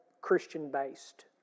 Christian-based